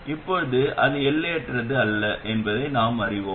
இப்போது அது எல்லையற்றது அல்ல என்பதை நாம் அறிவோம்